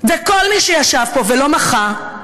וכל מי שישב פה ולא מחה,